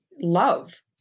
love